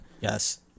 yes